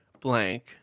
blank